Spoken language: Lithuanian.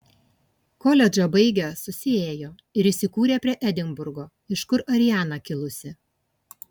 koledžą baigę susiėjo ir įsikūrė prie edinburgo iš kur ariana kilusi